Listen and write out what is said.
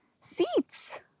seats